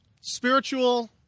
spiritual